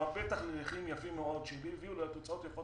אנחנו על פתח של מהלכים יפים מאוד שהביאו לתוצאות יפות